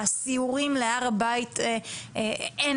אין